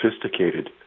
sophisticated